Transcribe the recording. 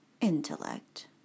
Intellect